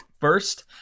first